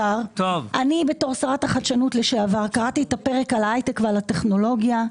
בתור שרת החדשנות לשעבר קראתי את הפרק על ההייטק והטכנולוגיה.